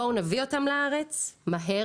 בואו נביא אותם לארץ מהר,